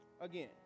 again